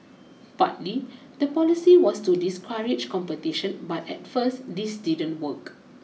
partly the policy was to discourage competition but at first this didn't work